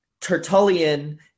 Tertullian